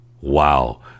Wow